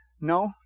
no